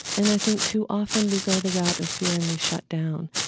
and i think too often we go the route of fear and we shut down.